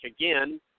again